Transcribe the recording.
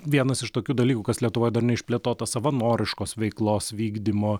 vienas iš tokių dalykų kas lietuvoj dar neišplėtotas savanoriškos veiklos vykdymo